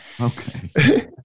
Okay